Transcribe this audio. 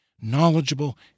knowledgeable